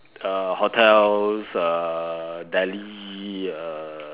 uh hotels uh Delhi uh